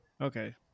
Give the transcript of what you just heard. Okay